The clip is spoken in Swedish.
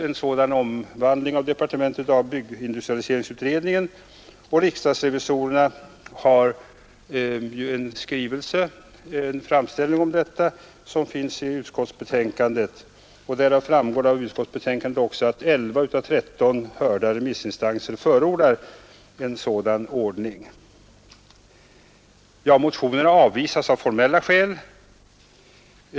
En sådan omvandling av departementet har stötts av byggindustrialiseringsutredningen, och riksdagens revisorer har i en skrivelse till Konungen — skrivelsen är bifogad till utskottsbetänkandet — gjort en framställning därom. Det framgår också av utskottsbetänkandet att 11 av 13 hörda remissinstanser förordar en sådan ordning. Motionen avvisas av formella skäl.